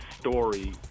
story